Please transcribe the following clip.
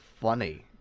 funny